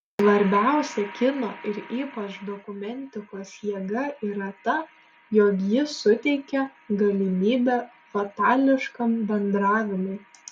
svarbiausia kino ir ypač dokumentikos jėga yra ta jog ji suteikia galimybę fatališkam bendravimui